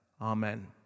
Amen